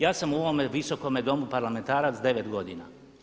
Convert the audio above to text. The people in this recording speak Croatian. Ja sam u ovome Visokome domu parlamentarac 9 godina.